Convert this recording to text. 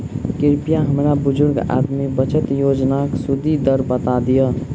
कृपया हमरा बुजुर्ग आदमी बचत योजनाक सुदि दर बता दियऽ